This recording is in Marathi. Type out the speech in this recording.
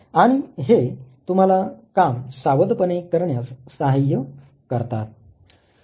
आणि हे तुम्हाला काम सावधपणे करण्यास सहाय्य करतात